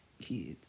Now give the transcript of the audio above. Kids